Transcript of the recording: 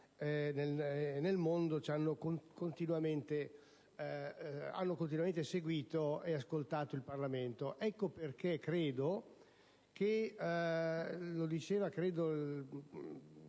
nel mondo, hanno continuamente seguito e ascoltato il Parlamento. Ecco perché credo che - lo diceva il